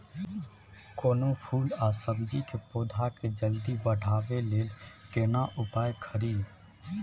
कोनो फूल आ सब्जी के पौधा के जल्दी बढ़ाबै लेल केना उपाय खरी?